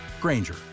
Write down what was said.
Granger